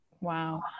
Wow